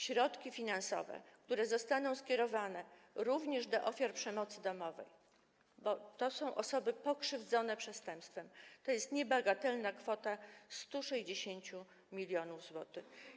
Środki finansowe, które zostaną skierowane również do ofiar przemocy domowej, bo to są osoby pokrzywdzone przestępstwem, to jest niebagatelna kwota - 160 mln zł.